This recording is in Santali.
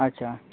ᱟᱪᱪᱷᱟ